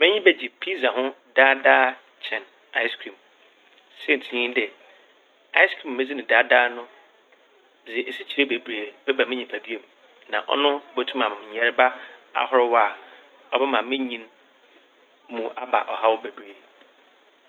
M'enyi bɛgye "pizza" ho daa daa kyɛn "ice cream". Siantsir nye dɛ "ice cream " a medzi no daa daa no dze esikyere bebree bɛba me nyimpadua m' na ɔno botum ama me yarba ahorow a ɔbɛma me nyin mu aba ɔhaw bebree.